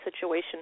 situation